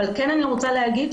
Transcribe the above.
אבל כן אני רוצה להגיד,